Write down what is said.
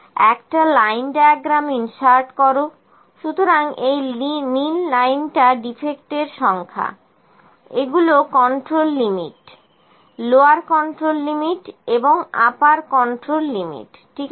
একটা line diagram insert করো সুতরাংএই নীল লাইনটা ডিফেক্টের সংখ্যা এগুলো control limit lower control limit এবং আপার কন্ট্রোল লিমিট ঠিক আছে